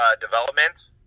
Development